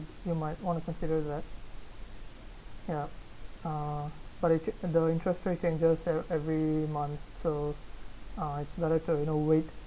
you might want to consider that ya uh but I took the interest rates and so every month so uh relative in a week